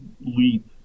leap